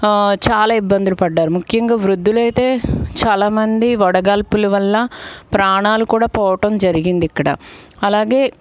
చాలా ఇబ్బందులు పడ్డారు ముఖ్యంగా వృద్ధులు అయితే చాలామంది వడగాల్పుల వల్ల ప్రాణాలు కూడా పోవడం జరిగింది ఇక్కడ అలాగే